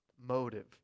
motive